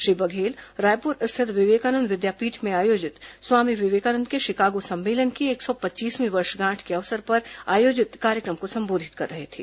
श्री बघेल रायपुर स्थित विवेकानंद विद्यापीठ में आयोजित स्वामी विवेकानंद के शिकागो सम्मेलन की एक सौ पच्चीसवीं वर्षगांठ के अवसर पर आयोजित कार्यक्रम को संबोधित कर रहे थे